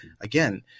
again